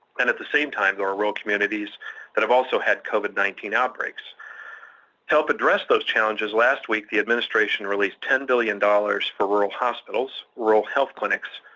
and at the same time there are rural communities that have also had covid nineteen outbreaks. to help address those challenges, last week the administration released ten billion dollars for rural hospitals, rural health clinics,